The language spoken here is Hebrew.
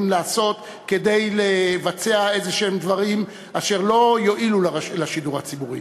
לעשות כדי לבצע דברים אשר לא יועילו לשידור הציבורי.